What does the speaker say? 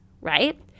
right